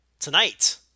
Tonight